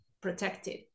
protected